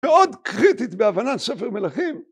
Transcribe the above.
מאוד קריטית בהבנת ספר מלכים.